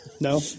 No